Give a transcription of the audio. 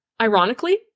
Ironically